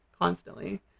constantly